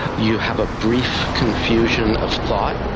you have a brief confusion of thought.